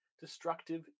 destructive